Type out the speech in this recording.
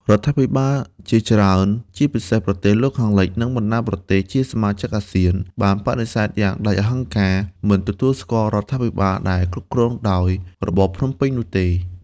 រដ្ឋាភិបាលជាច្រើន ជាពិសេសប្រទេសលោកខាងលិច និងបណ្ដាប្រទេសជាសមាជិកអាស៊ាន បានបដិសេធយ៉ាងដាច់អហង្ការមិនទទួលស្គាល់រដ្ឋាភិបាលដែលគ្រប់គ្រងដោយរបបភ្នំពេញនោះទេ។